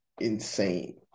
insane